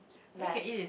like